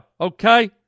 Okay